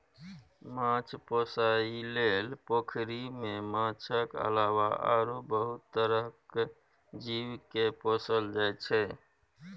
माछ पोसइ लेल पोखरि मे माछक अलावा आरो बहुत तरहक जीव केँ पोसल जाइ छै